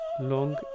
long